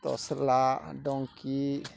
ତସଲା ଡଙ୍କି